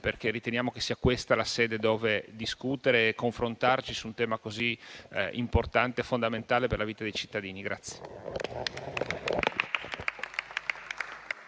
perché riteniamo che sia questa la sede dove discutere e confrontarci su un tema così importante e fondamentale per la vita dei cittadini.